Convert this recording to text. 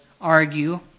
argue